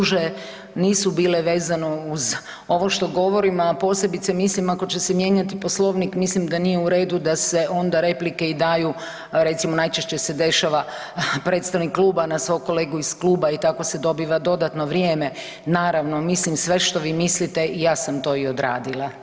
služe, nisu bile vezano uz ovo što govorim, a posebice mislim, ako će se mijenjati Poslovnik, mislim da nije u redu da se onda replike i daju, recimo, najčešće se dešava, predstavnik kluba na svog kolegu iz kluba i tako se dobiva dodatno vrijeme, naravno, mislim sve što vi mislite, i ja sam to i odradila.